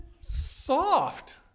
soft